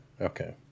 Okay